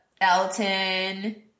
Elton